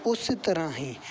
ਉਸੇ ਤਰ੍ਹਾਂ ਹੀ